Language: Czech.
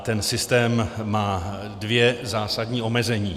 Ten systém má dvě zásadní omezení.